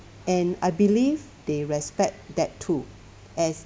and I believe they respect that too as